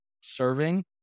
serving